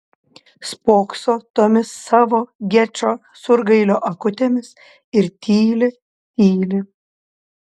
spokso tomis savo gečo surgailio akutėmis ir tyli tyli